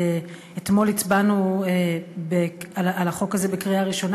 אתמול הצבענו על החוק הזה בקריאה ראשונה